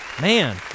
Man